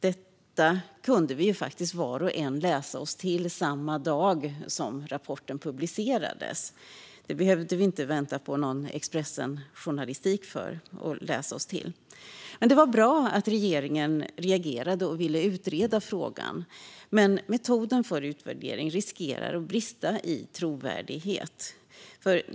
Detta kunde vi var och en läsa oss till samma dag som rapporten publicerades. Det behövde vi inte vänta på någon Expressenjournalistik för att göra. Det var bra att regeringen reagerade och ville utreda frågan, men metoden för utvärdering riskerar att brista i trovärdighet.